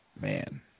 Man